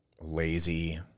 lazy